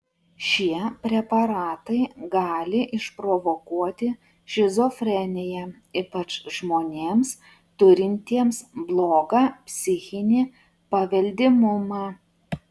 šie preparatai gali išprovokuoti šizofreniją ypač žmonėms turintiems blogą psichinį paveldimumą